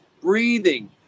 Breathing